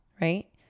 right